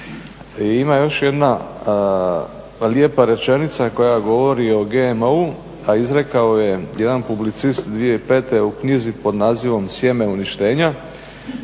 ima još jedna lijepa rečenica koja govori o GMO-u, a izrekao ju je jedan publicist 2005. u knjizi pod nazivom "Sjeme uništenja".